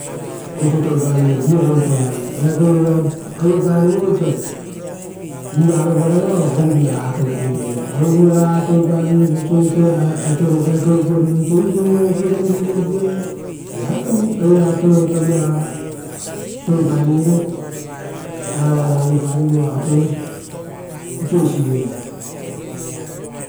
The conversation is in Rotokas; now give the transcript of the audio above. Oisio touparivere riro goruto ragai, eakero aioparivere osa vivaro varaua oa goruvira-raga toupaivere. Goruvira raga touparivere, viapauso oisioa ra eake upiaro vi oupaive, oisio i-voviova upiarai, ora voviova upiarai, viapau, vearovira raga touparivere vosa varao aioparivere vova atoia. Oisio eisi vi raga